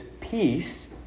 peace